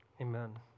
Amen